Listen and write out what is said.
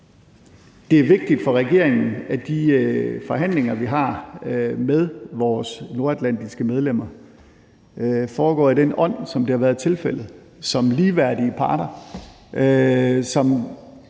det er vigtigt for regeringen, at de forhandlinger, vi har med vores nordatlantiske medlemmer, foregår i den ånd, som det har været tilfældet, nemlig som ligeværdige parter, som